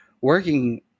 working